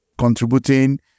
Contributing